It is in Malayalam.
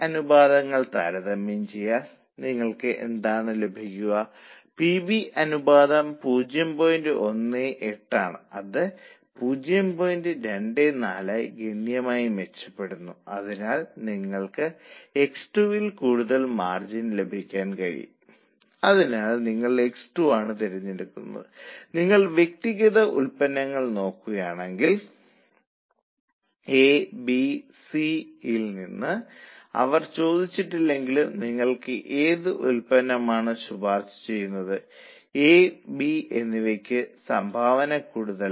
ഉൽപ്പാദനം 10 ൽ നിന്ന് 12 ആക്കണമെന്നതിനാൽ അവർ തൊഴിൽ നിരക്ക് വർധിപ്പിച്ചു തൊഴിലാളികൾ മണിക്കൂറിന് 4 രൂപ വീതം നൽകുന്ന യൂണിറ്റുകളുടെ എണ്ണം തൊഴിലാളികൾ വർധിപ്പിക്കുന്നതിനാൽ ഇത് ശമ്പളവും ഉൽപാദനക്ഷമതയും ആണെന്ന് അവർ സ്വീകരിച്ചു